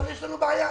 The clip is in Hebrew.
אבל יש לנו בעיה.